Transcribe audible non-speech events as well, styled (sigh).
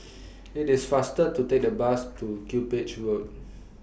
(noise) IT IS faster to Take The Bus to Cuppage Road